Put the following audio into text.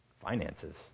Finances